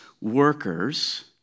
workers